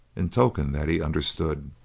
in token that he understood.